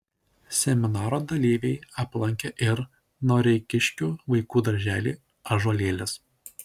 seminaro dalyviai aplankė ir noreikiškių vaikų darželį ąžuolėlis